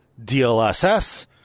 DLSS